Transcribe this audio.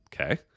Okay